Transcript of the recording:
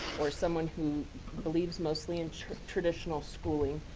or someone who believes mostly in traditional schooling,